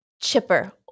chipper